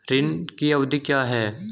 ऋण की अवधि क्या है?